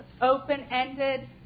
open-ended